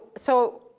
so,